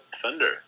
Thunder